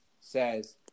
says